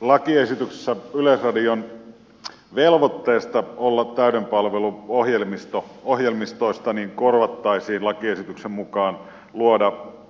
lakiesityksessä yleisradion velvoite täyden palvelun ohjelmistoista korvattaisiin lakiesityksen mukaan velvoitteella